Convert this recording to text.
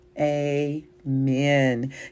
amen